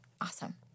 Awesome